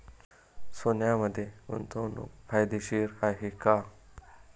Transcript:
सोन्यामध्ये गुंतवणूक फायदेशीर आहे का?